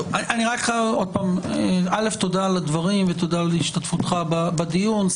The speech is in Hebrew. תודה על הדברים, ותודה על השתתפותך בדיון.